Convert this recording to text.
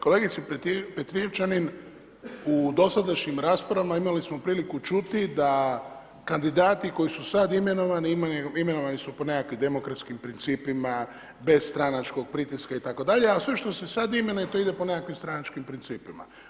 Kolegice Petrijevčanin u dosadašnjim raspravama imali smo priliku čuti da kandidati koji su sad imenovani, imenovani su po nekakvim demokratskim principima bez stranačkog pritiska, a sve što se sad imenuje to ide po nekakvim stranačkim principima.